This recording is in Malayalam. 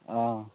ആ